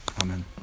Amen